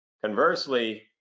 Conversely